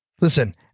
listen